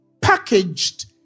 packaged